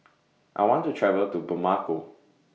I want to travel to Bamako